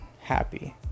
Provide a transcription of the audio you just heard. happy